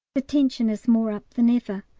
the tension is more up than ever.